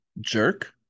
Jerk